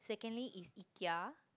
secondly is Ikea